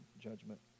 judgment